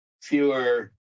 fewer